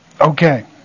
Okay